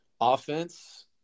Offense